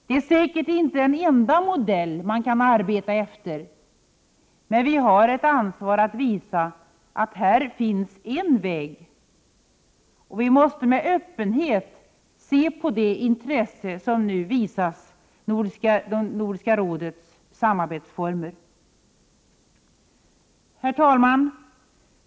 Det är säkert inte den enda modell som man kan arbeta efter, men vi har ett ansvar att visa att här finns en väg. Vi måste med öppenhet se på det intresse som nu visas Nordiska rådets samarbetsformer. Herr talman!